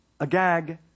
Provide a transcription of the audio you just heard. Agag